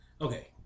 Okay